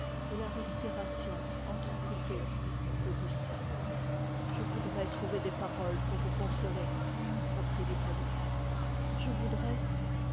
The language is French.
et la respiration entrecoupée d'augustin je voudrais trouver des paroles pour vous consoler reprit vitalis je voudrais